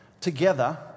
together